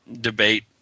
debate